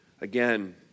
again